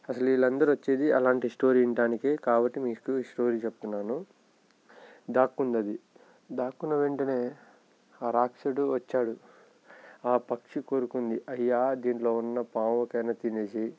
అసలు వీళ్ళందరూ వచ్చేది అలాంటి స్టోరీ వినటానికి కాబట్టి మీకు ఈ స్టోరీ చెప్తున్నాను దాక్కుంది అది దాక్కున్న వెంటనే ఆ రాక్షసుడు వచ్చాడు ఆ పక్షి కోరుకుంది అయ్యా దీంట్లో ఉన్న పాముకైనా తినేసి